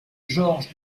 georges